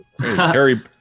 Terry